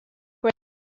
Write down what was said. great